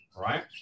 right